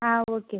ஆ okay